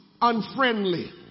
unfriendly